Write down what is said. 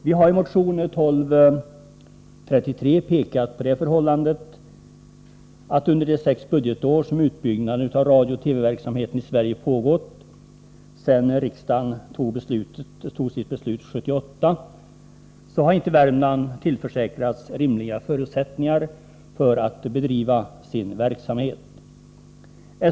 Vi har i motion 1233 visat på det förhållandet, att Värmland under de sex budgetår som utbyggnaden av radiooch TV-verksamheten i Sverige pågått sedan riksdagen 1978 tog sitt beslut inte tillförsäkrats rimliga förutsättningar för att bedriva sin radiooch TV-verksamhet.